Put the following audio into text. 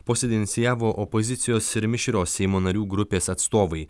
posėdį inicijavo opozicijos ir mišrios seimo narių grupės atstovai